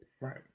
Right